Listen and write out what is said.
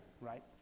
right